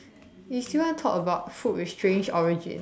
you still want talk about food with strange origins